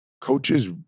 coaches